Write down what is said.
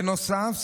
בנוסף,